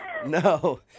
No